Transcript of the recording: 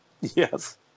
Yes